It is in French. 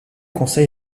conseil